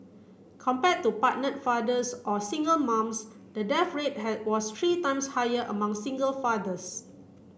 compared to partnered fathers or single moms the death rate was three times higher among single fathers